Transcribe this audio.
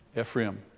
Ephraim